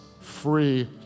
free